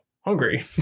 hungry